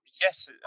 Yes